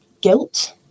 guilt